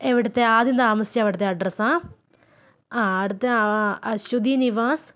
എവിടുത്തെ ആദ്യം താമസിച്ച അവിടുത്തെ അഡ്രസ്സാണോ ആ അവിടുത്തെ ആ ആ അശ്വതി നിവാസ്